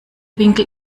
winkel